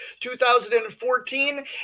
2014